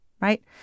right